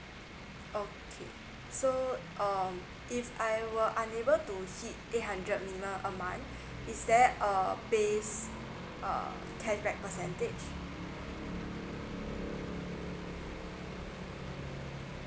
okay so um if I were unable to hit uh eight hundred minimum a month um is there a base uh ten right percentage mm